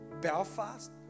Belfast